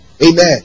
Amen